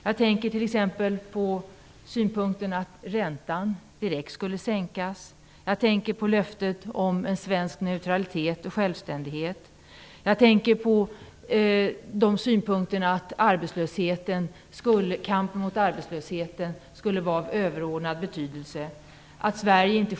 Jag tänker t.ex. på uppgiften att räntan direkt skulle sänkas vid ett ja till EU. Jag tänker på löftet om svensk neutralitet och självständighet. Jag tänker på deklarationen att kampen mot arbetslösheten skulle vara av överordnad betydelse.